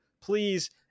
please